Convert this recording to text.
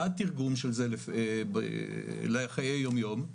מה התרגום של זה לחיי היום יום?